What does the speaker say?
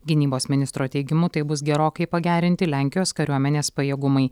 gynybos ministro teigimu taip bus gerokai pagerinti lenkijos kariuomenės pajėgumai